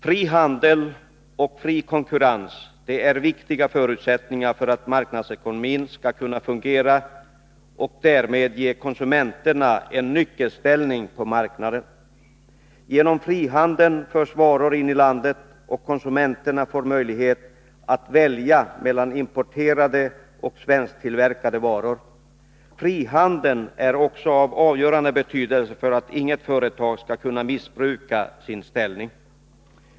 Fri handel och fri konkurrens är viktiga förutsättningar för att marknadsekonomin skall kunna fungera och därmed ge konsumenterna en nyckelställning på marknaden. Genom frihandeln förs varor in i landet, och konsumenterna får möjlighet att välja mellan importerade och svensktillverkade varor. Frihandeln är också av avgörande betydelse för att inget företag skall kunna missbruka sin ställning.